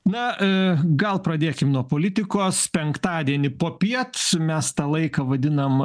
na gal pradėkim nuo politikos penktadienį popiet mes tą laiką vadinam